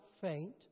faint